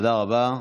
תודה רבה.